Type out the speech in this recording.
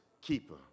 keeper